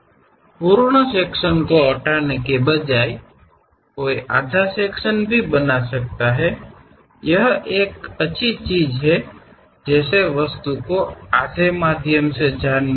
ಸಂಪೂರ್ಣ ಪೂರ್ಣ ವಿಭಾಗವನ್ನು ತೆಗೆದುಹಾಕುವ ಬದಲು ಒಬ್ಬರು ಅರ್ಧ ವಿಭಾಗವನ್ನು ಸಹ ಮಾಡಬಹುದು ಅದು ವಸ್ತುವಿನ ಅರ್ಧದಾರಿಯಲ್ಲೇ ಹೋಗುತ್ತದೆ